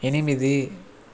ఎనిమిది